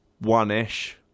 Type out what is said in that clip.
One-ish